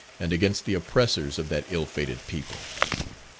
and against the oppressors of that ill-fated people.